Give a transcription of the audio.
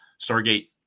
Stargate